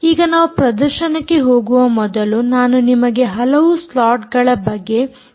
ಈಗ ನಾವು ಪ್ರದರ್ಶನಕ್ಕೆ ಹೋಗುವ ಮೊದಲು ನಾನು ನಿಮಗೆ ಹಲವು ಸ್ಲಾಟ್ಗಳ ಬಗ್ಗೆ ಕೊನೆಯ ವಿಚಾರ ತಿಳಿಸಬೇಕು